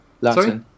Sorry